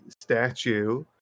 statue